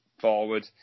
forward